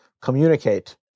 communicate